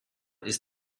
ist